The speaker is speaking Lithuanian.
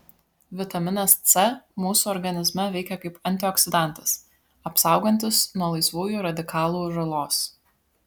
vitaminas c mūsų organizme veikia kaip antioksidantas apsaugantis nuo laisvųjų radikalų žalos